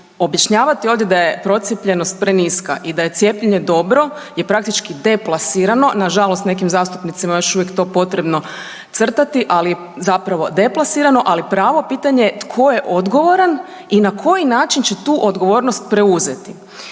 objašnjavati ovdje da je procijepljenost preniska i da je cijepljenje dobro je praktički deplasirano, nažalost, nekim zastupnicima je to još uvijek potrebno crtati ali zapravo deplasirano, ali pravo pitanje je tko je odgovoran i na koji način će tu odgovornost preuzeti.